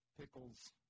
pickles